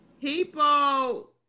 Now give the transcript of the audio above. People